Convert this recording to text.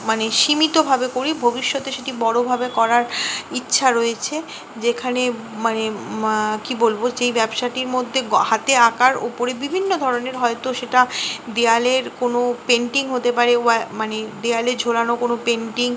মানে সীমিতভাবে করি ভবিষ্যতে সেটি বড়োভাবে করার ইচ্ছা রয়েছে যেখানে মানে মা কী বলবো যেই ব্যবসাটির মধ্যে গ হাতে আকার ওপরে বিভিন্ন ধরনের হয়তো সেটা দেয়ালের কোনো পেন্টিং হতে পারে ওয়া মানে দেওয়ালে ঝোলানো কোনো পেন্টিং